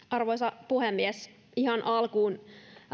arvoisa puhemies ihan alkuun